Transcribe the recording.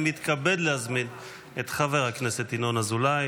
אני מתכבד להזמין את חבר הכנסת ינון אזולאי